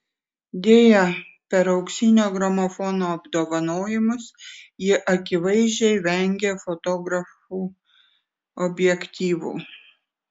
deja per auksinio gramofono apdovanojimus ji akivaizdžiai vengė fotografų objektyvų